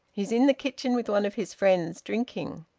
he's in the kitchen with one of his friends, drinking.